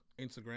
Instagram